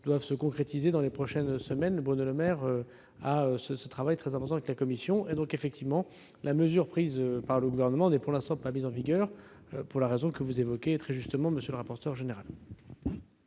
doivent se concrétiser dans les prochaines semaines. Bruno Le Maire fait ce travail très important avec la Commission. La mesure prise par le Gouvernement n'est donc effectivement pas entrée en vigueur, pour la raison que vous évoquez très justement, monsieur le rapporteur général.